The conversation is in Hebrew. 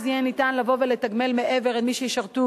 אז יהיה ניתן לבוא ולתגמל מעבר למי שישרתו,